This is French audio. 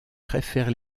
préfère